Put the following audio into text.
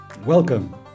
Welcome